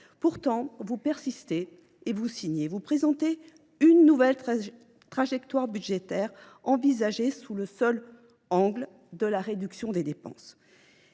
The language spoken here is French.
Pourtant, vous persistez et vous signez : vous présentez une nouvelle trajectoire budgétaire envisagée sous le seul angle de la réduction des dépenses.